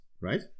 right